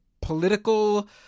political